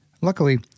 luckily